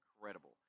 incredible